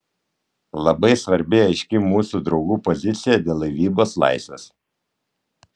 labai svarbi aiški mūsų draugų pozicija dėl laivybos laisvės